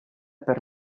per